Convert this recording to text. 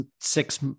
six